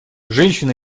женщины